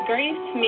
Grace